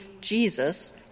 Jesus